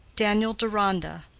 daniel deronda,